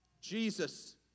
Jesus